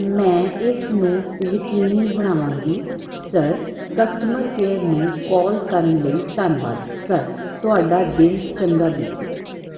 ਮੈਂ ਇਸ ਨੂੰ ਯਕੀਨੀ ਬਣਾਵਾਂਗੀ ਸਰ ਕਸਟਮਰ ਕੇਅਰ ਨੂੰ ਕੋਲ ਕਰਨ ਲਈ ਧੰਨਵਾਦ ਸਰ ਤੁਹਾਡਾ ਦਿਨ ਚੰਗਾ ਬੀਤੇ